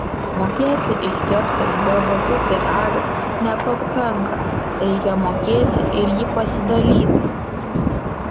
mokėti iškepti bvp pyragą nepakanka reikia mokėti ir jį pasidalyti